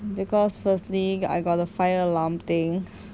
because firstly I got the fire alarm thing